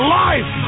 life